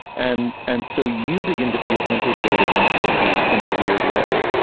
and and so you begin to feel implicated in guilty in a weird way.